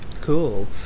Cool